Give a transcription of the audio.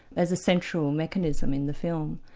as a central mechanism in the film.